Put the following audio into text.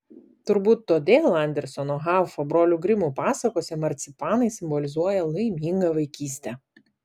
turbūt todėl anderseno haufo brolių grimų pasakose marcipanai simbolizuoja laimingą vaikystę